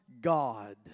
God